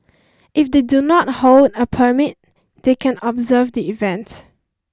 if they do not hold a permit they can observe the event